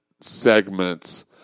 segments